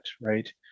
right